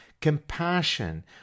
Compassion